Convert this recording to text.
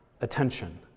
attention